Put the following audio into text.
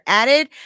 added